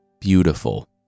beautiful